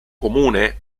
comune